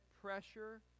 pressure